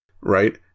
right